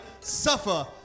suffer